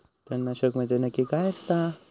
तणनाशक म्हंजे नक्की काय असता?